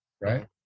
right